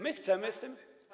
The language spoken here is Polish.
My chcemy z tym.